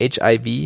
HIV